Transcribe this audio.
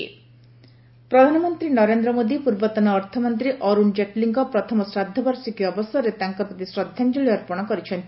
PM tribute Jaitley ପ୍ରଧାନମନ୍ତ୍ରୀ ନରେନ୍ଦ୍ର ମୋଦି ପୂର୍ବତନ ଅର୍ଥମନ୍ତ୍ରୀ ଅରୁଣ ଜେଟ୍ଲୀଙ୍କ ପ୍ରଥମ ଶ୍ରାଦ୍ଧବାର୍ଷିକୀ ଅବସରରେ ତାଙ୍କପ୍ରତି ଶ୍ରଦ୍ଧାଞ୍ଜଳି ଅର୍ପଣ କରିଛନ୍ତି